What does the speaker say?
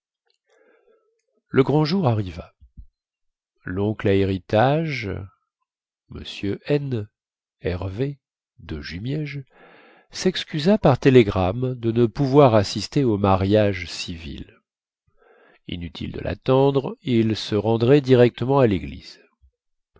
le grand jour arriva loncle à héritage m n hervé de jumièges sexcusa par télégramme de ne pouvoir assister au mariage civil inutile de lattendre il se rendrait directement à léglise